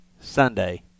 Sunday